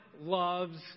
loves